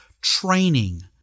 training